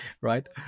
Right